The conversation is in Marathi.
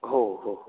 हो हो हो